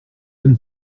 aimes